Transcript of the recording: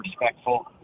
respectful